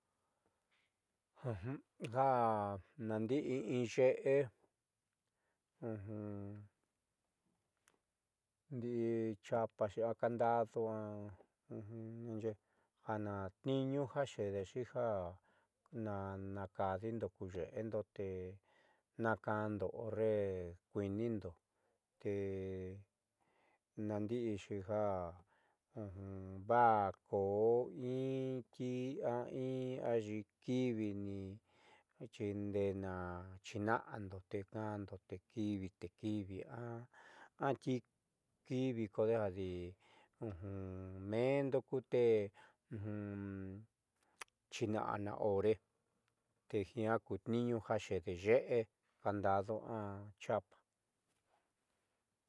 Ja nandi'i inye'e ndii chapaxi a candado a naanxe'e tniiñu ja xedexi ja kaadiindo ku ye'endo te naakaando horre kuiinindo te naadi'ixi ja vaa koointi a in ayii kiivi ni xi ndee na xiina'ando te kaando te ki'ivi te ki'ivi a ti kiivi kodejadi meendo kute xiina'a naa hore tejiña kutniiñu ja xede ye'e candado a chapa.